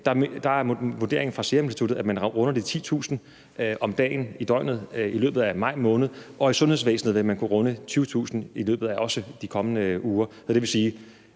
Der er vurderingen fra Seruminstituttet, at man runder de 10.000 i døgnet i løbet af maj måned, og i sundhedsvæsenet vil man kunne runde 20.000 også i løbet af de kommende uger. Så det vil sige,